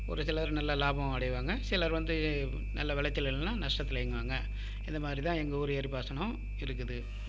ஒரு சிலர் நல்ல லாபம் அடைவாங்க சிலர் வந்து நல்ல விளைச்சல் இல்லைனா நஷ்டத்தில் இயங்குவாங்க இந்த மாரிதான் எங்கள் ஊர் ஏரிப் பாசனம் இருக்குது